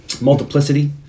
Multiplicity